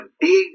big